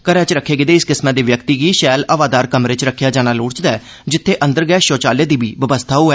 घरै च रक्खे गेदे इस किस्मै दे व्यक्ति गी शैल हवादार कमरे च रक्खेआ जाना लोड़चदा ऐ जित्थे अंदर गै शौचालय दी बी स्टूलत होऐ